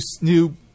new